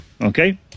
Okay